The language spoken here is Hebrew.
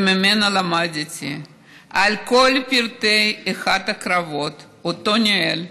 וממנו למדתי את כל פרטי אחד הקרבות שניהל,